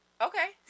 Okay